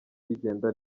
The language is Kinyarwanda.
bigenda